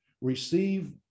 receive